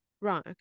Right